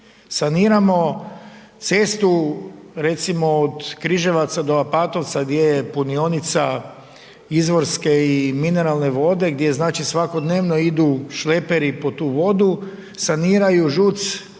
Saniramo cestu recimo od Križevaca do Apatovca gdje je punionica izvorske i mineralne vode, gdje znači svakodnevno idu šleperi po tu vodu, saniraju ŽUC